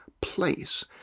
place